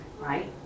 right